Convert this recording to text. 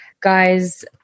guys